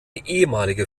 ehemalige